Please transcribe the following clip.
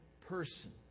person